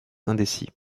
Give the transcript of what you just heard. indécis